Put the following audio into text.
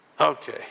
Okay